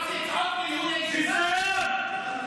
ביזיון.